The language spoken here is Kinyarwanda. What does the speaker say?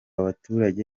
baturage